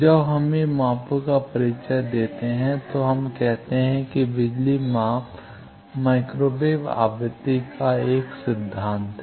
जब हम मापों का परिचय देते हैं तो हम कहते हैं कि बिजली माप माइक्रो वेव आवृत्ति एक सिद्धांत है